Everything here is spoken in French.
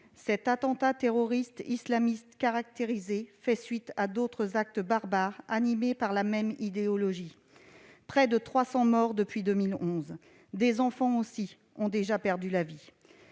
Cet attentat terroriste islamiste caractérisé fait suite à d'autres actes barbares animés par la même idéologie. Il y a eu près de 300 morts depuis 2011. Des enfants ont aussi perdu la vie.